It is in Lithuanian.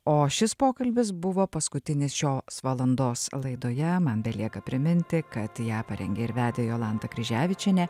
o šis pokalbis buvo paskutinis šios svalandos laidoje man belieka priminti kad ją parengė ir vedė jolanta kryževičienė